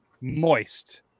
moist